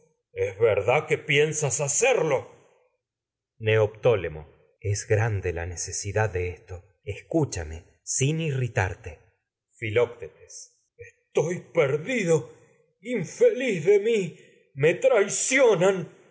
es verdad que piensas hacerlo neoptólemo es chame sin grande la necesidad de esto escú irritarte filoctetes estoy perdido infeliz de mi me